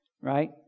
right